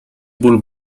bół